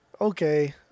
okay